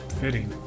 fitting